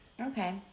Okay